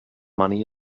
money